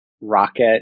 rocket